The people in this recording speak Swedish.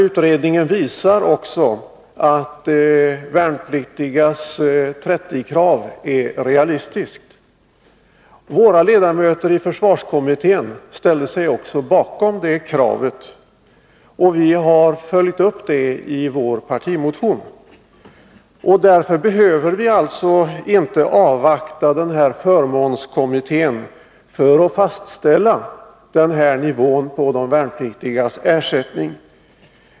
Utredningen visar dessutom att de värnpliktigas 30-kronorskrav är realistiskt. Våra ledamöter i försvarskommittén ställde sig också bakom det kravet, och vi har följt upp det i vår partimotion. Därför behöver man alltså inte avvakta förmånskommitténs förslag för att fastställa den nivån för de värnpliktigas ersättning.